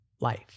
life